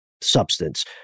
substance